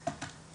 תודה רבה,